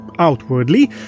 Outwardly